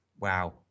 wow